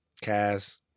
Cass